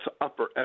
upper